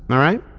alright?